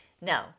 No